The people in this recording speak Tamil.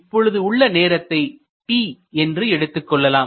இப்பொழுது உள்ள நேரத்தை t என்று எடுத்துக்கொள்ளலாம்